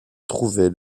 trouvait